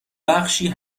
بخشی